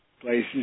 places